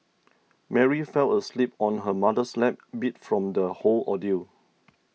Mary fell asleep on her mother's lap beat from the whole ordeal